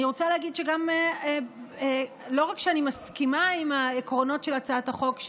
אני רוצה להגיד שלא רק שאני מסכימה עם העקרונות של הצעת החוק,